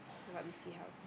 uh but we see how